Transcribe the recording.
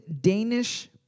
Danish